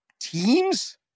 teams